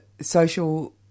social